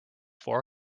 four